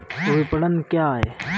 विपणन क्या है?